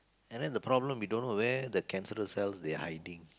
and then the problem we don't know where the cancerous cells they are hiding